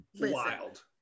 wild